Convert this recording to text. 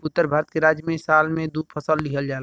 उत्तर भारत के राज्य में साल में दू फसल लिहल जाला